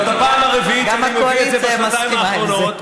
גם הקואליציה מסכימה עם זה.